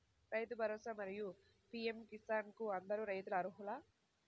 రైతు భరోసా, మరియు పీ.ఎం కిసాన్ కు అందరు రైతులు అర్హులా?